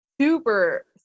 super